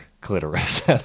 clitoris